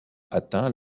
atteint